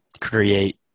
create